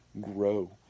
grow